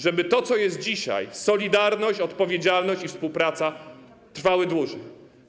Żeby to, co jest dzisiaj: solidarność, odpowiedzialność i współpraca, trwało dłużej.